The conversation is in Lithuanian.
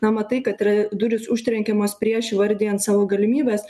na matai kad yra durys užtrenkiamos prieš įvardijant savo galimybes